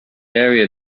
area